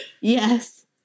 yes